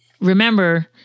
remember